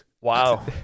Wow